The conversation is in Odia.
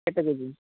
କେତେ କେ ଜି